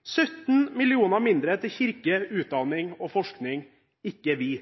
17 mill. kr mindre til kirke, utdanning og forskning – og ikke vi,